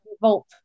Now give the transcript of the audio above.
revolt